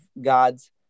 God's